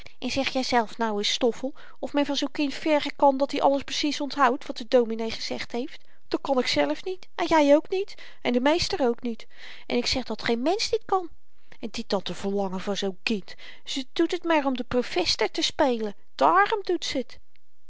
en zeg jyzelf nu eens stoffel of men van zoo'n kind vergen kan dat-i alles precies onthoudt wat de dominee gezegd heeft dat kan ikzelf niet en jy ook niet en de meester ook niet en ik zeg dat geen mensch dit kan en dit dan te verlangen van zoo'n kind ze doet het maar om den profester te spelen dààrom doet ze